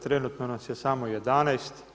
Trenutno nas je samo 11.